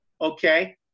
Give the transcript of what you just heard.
okay